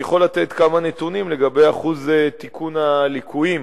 אני יכול לתת כמה נתונים לגבי אחוז תיקון הליקויים